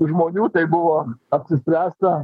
žmonių tai buvo apsispręsta